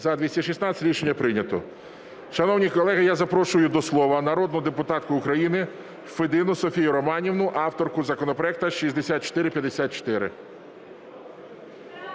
За-216 Рішення прийнято. Шановні колеги, я запрошую до слова народну депутатку України Федину Софію Романівну, авторку законопроекту 6454.